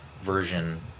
version